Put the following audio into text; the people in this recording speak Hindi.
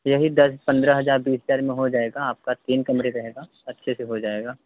यही दस पन्द्रह हजार बीस हजार में हो जाएगा आपका तीन कमरे का है ना अच्छे से हो जाएगा